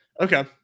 okay